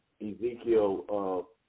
Ezekiel